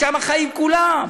שם חיים כולם.